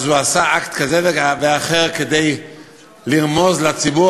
אז הוא עשה אקט כזה ואחר כדי לרמוז לציבור